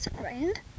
friend